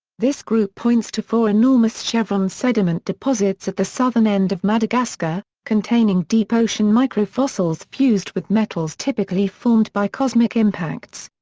this group points to four enormous chevron sediment deposits at the southern end of madagascar, containing deep-ocean microfossils fused with metals typically formed by cosmic impacts.